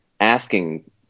asking